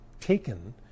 taken